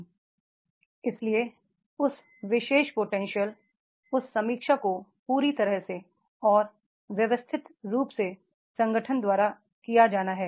इसलिए इसलिए उस विशेष पोटेंशियल उस समीक्षा को पूरी तरह से और व्यवस्थित रूप से संगठन द्वारा किया जाना है